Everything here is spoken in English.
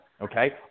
okay